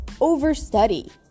overstudy